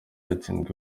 yatsindiwe